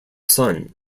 son